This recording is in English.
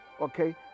Okay